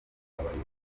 abayobozi